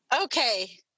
Okay